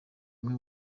umwe